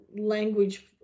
language